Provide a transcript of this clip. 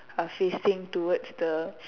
are facing towards the